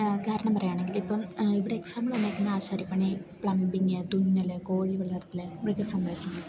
കാരണം പറയുകയാണെങ്കിൽ ഇപ്പം ഇവിടെ എക്സാമ്പിൾ വന്നിരിക്കുന്നത് ആശാരിപ്പണി പ്ലംമ്പിങ്ങ് തുന്നൽ കോഴി വളർത്തൽ മൃഗ സംരക്ഷണം